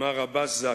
מר עבאס זכי.